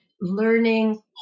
learning